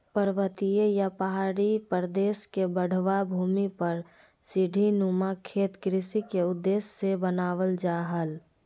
पर्वतीय या पहाड़ी प्रदेश के ढलवां भूमि पर सीढ़ी नुमा खेत कृषि के उद्देश्य से बनावल जा हल